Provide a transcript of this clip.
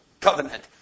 covenant